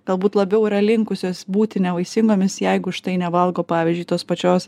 galbūt labiau yra linkusios būti nevaisingomis jeigu štai nevalgo pavyzdžiui tos pačios